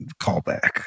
callback